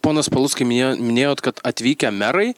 ponas paluckai minė minėjot kad atvykę merai